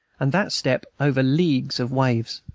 and that step over leagues of waves.